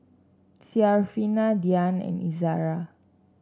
Syarafina Dian and Izara